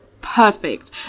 perfect